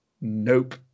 nope